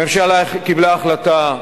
הממשלה קיבלה החלטה,